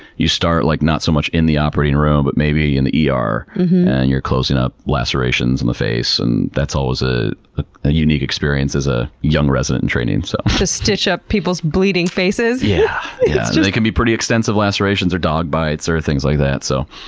you start, like not so much in the operating room, but maybe in the er and you're closing up lacerations in the face. and that's always ah ah a unique experience as a young resident in training. so to stitch up people's bleeding faces. yeah yeah they can be pretty extensive lacerations or dog bites or things like that. so,